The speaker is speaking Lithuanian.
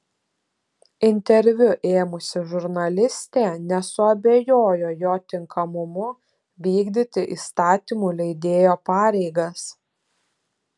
interviu ėmusi žurnalistė nesuabejojo jo tinkamumu vykdyti įstatymų leidėjo pareigas